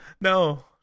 No